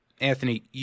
Anthony